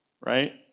right